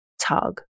tug